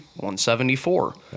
174